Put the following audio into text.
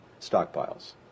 stockpiles